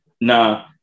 Nah